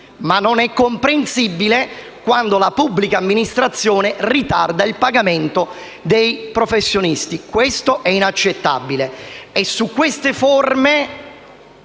Ma non è comprensibile quando la pubblica amministrazione ritarda il pagamento dei professionisti: questo è inaccettabile. E su queste forme